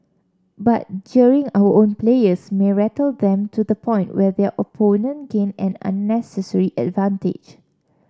but jeering our own players may rattle them to the point where their opponent gain an unnecessary advantage